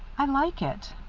i like it.